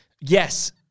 yes